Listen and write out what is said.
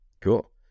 Cool